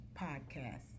Podcast